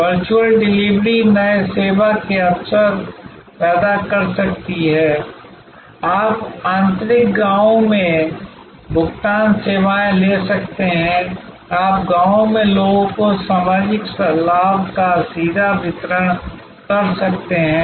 virtual delivery नए सेवा के अवसर पैदा कर सकती है आप आंतरिक गांवों में भुगतान सेवाएं ले सकते हैं आप गांवों में लोगों को सामाजिक लाभ का सीधा वितरण कर सकते हैं